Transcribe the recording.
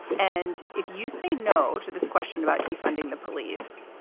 and if you say no to this question about defunding the police,